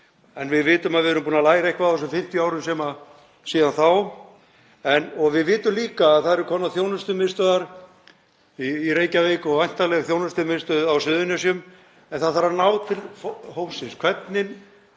en við vitum að við erum búin að læra eitthvað á þessum 50 árum síðan þá. Við vitum líka að það eru komnar þjónustumiðstöðvar í Reykjavík og væntanleg þjónustumiðstöð á Suðurnesjum en það þarf að ná til hópsins. Hvernig